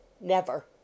Never